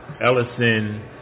Ellison